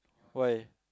why